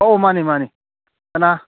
ꯑꯧ ꯃꯥꯅꯦ ꯃꯥꯅꯦ ꯀꯅꯥ